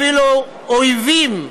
אפילו אויבים,